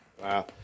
Wow